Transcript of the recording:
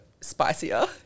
spicier